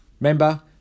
Remember